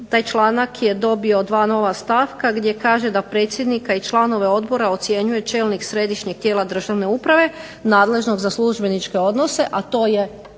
taj članak je dobio dva nova stavka, gdje kaže da predsjednika i članove odbora ocjenjuje čelnik središnjeg tijela državne uprave nadležnog za službeničke odnose, a to je